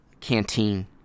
canteen